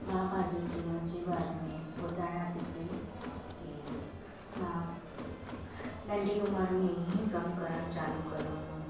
मां पंहिंजे जीवन जे बारे में ॿुधायां थी पेई की मां नंढी उमिरि में ही कमु करणु चालू कयो हुओ